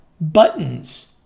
buttons